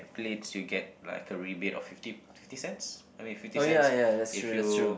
plates you get like a rebate of fifty fifty cents I mean fifty cents if you